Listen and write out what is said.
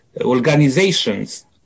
organizations